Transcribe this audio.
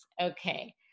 Okay